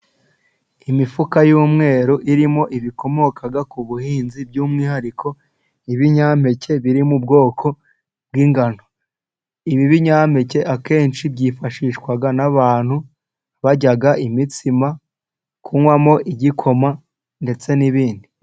Imifuka y'umweru irimo ibikomoka ku buhinzi, by'umwihariko ibinyampeke biri mu bwoko bw'ingano, ibi binyampeke akenshi byifashishwa n'abantu barya imitsima, kunwamo igikoma ndetse n'ibindi.